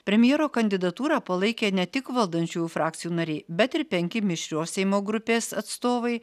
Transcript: premjero kandidatūrą palaikė ne tik valdančiųjų frakcijų nariai bet ir penki mišrios seimo grupės atstovai